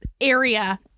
area